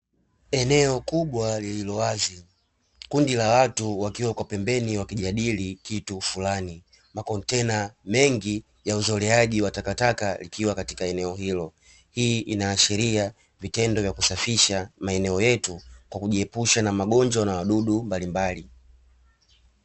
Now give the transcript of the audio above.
Eneo kubwa lililo wazi, kundi la watu wakiwa pembeni wakijadili fulani makontena mengi kwa uzoleaji wa takataka likiwa katika eneo hilo. Hii inaashiria vitendo vya kusafisha maeneo yetu kwa kujiepusha na magonjwa na wadudu mbalimbali.